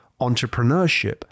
entrepreneurship